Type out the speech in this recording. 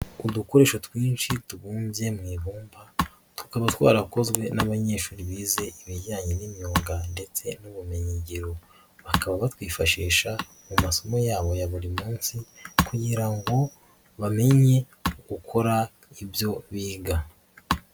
Udukoresho twinshi tubumbye mu ibumba tukaba twarakozwe n'abanyeshuri bize ibijyanye n'imyuga ndetse n'ubumenyingiro, bakaba batwifashisha mu masomo yabo ya buri munsi kugira ngo bamenye gukora ibyo biga.